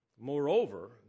Moreover